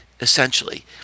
essentially